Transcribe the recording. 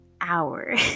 hour